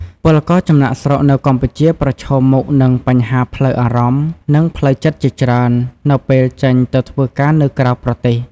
ពលករចំណាកស្រុកនៅកម្ពុជាប្រឈមមុខនឹងបញ្ហាផ្លូវអារម្មណ៍ និងផ្លូវចិត្តជាច្រើននៅពេលចេញទៅធ្វើការនៅក្រៅប្រទេស។